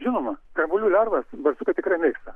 žinoma grambuolių lervas barsukai tikrai mėgsta